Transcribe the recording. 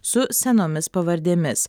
su senomis pavardėmis